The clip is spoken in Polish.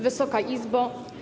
Wysoka Izbo!